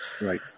Right